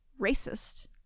racist